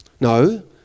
No